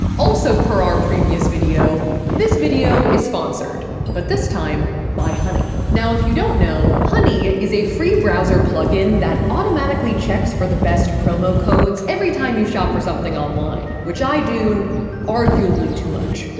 also per our previous video this video is sponsored but this time by honey now, if you don't know, honey is a free browser plug-in that automatically checks for the best promo codes every time you shop for something online which i do arguably too much.